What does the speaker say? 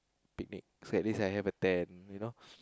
picnic so at least I have a tent you know